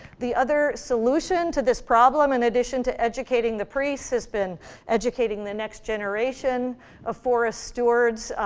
the other solution to this problem, in addition to educating the priests, has been educating the next generation of forest stewards.